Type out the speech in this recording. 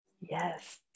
Yes